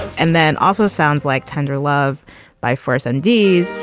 and then also sounds like tender love by force and d.